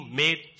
made